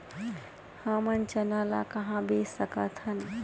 हमन चना ल कहां कहा बेच सकथन?